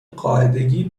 قاعدگی